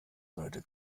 seite